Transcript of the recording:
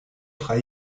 drei